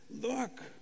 look